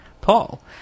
Paul